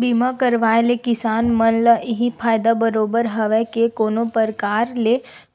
बीमा करवाय ले किसान मन ल इहीं फायदा बरोबर हवय के कोनो परकार ले